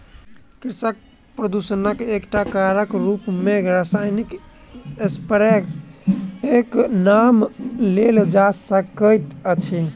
कृषि प्रदूषणक एकटा कारकक रूप मे रासायनिक स्प्रेक नाम लेल जा सकैत अछि